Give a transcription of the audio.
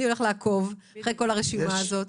אני הולך לעקוב אחרי כל הרשימה הזאת,